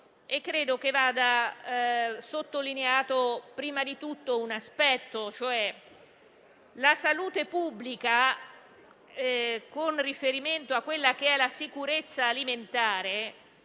credo vada sottolineato prima di tutto un aspetto, cioè che la salute pubblica, con riferimento alla sicurezza alimentare,